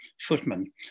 footman